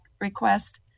request